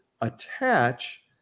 attach